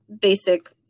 basic